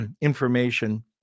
information